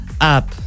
up